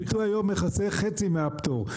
הפיצוי היום מכסה חצי מהפטור.